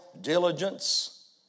diligence